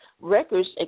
records